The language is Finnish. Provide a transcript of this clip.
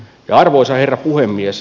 arvoisa herra puhemies